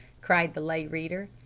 cried the lay reader.